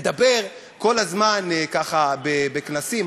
מדבר כל הזמן, ככה, בכנסים.